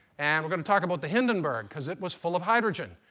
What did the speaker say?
and we're going to talk about the hindenburg because it was full of hydrogen.